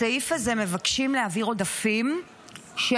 בסעיף הזה מבקשים להעביר עודפים של